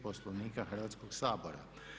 Poslovnika Hrvatskog sabora.